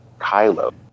Kylo